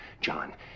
john